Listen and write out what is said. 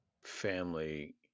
family